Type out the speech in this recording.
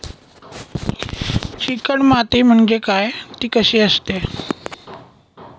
Chicken माती म्हणजे काय? ति कशी असते?